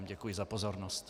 Děkuji za pozornost.